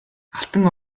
алтан